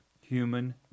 human